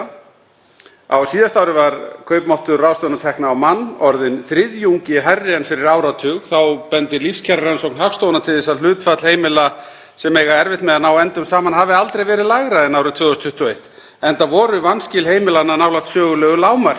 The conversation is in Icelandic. sem eiga erfitt með að ná endum saman hafi aldrei verið lægra en árið 2021, enda voru vanskil heimilanna nálægt sögulegu lágmarki. Það er ekki bara símtal í einn banka sem sýnir fram á þetta heldur eru þetta opinberar tölur, rannsóknir á lífskjörum í landinu, sem eru til vitnis um þetta.